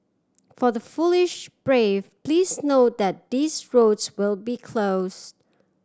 for the foolish brave please note that these roads will be close